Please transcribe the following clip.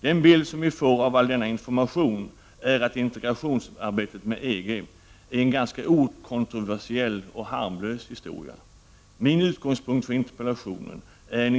Den bild som vi får av all denna information är att integrationen med EG är en ganska okontroversiell och harmlös historia. Min utgångspunkt för interpellationen är en